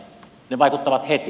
ne vaikuttavat heti